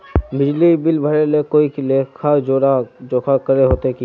बिजली बिल भरे ले कोई लेखा जोखा करे होते की?